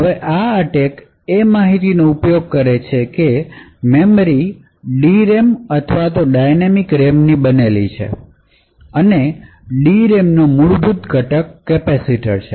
હવે આ અટેક એ માહિતીનો ઉપયોગ કરે છે કે મેમરી d રેમ અથવા તો ડાયનેમિક રેમ ની બનેલી છે અને d રેમનો મૂળભૂત ઘટક કેપેસીટર છે